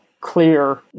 clear